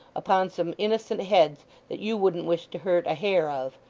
upon some innocent heads that you wouldn't wish to hurt a hair of.